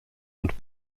und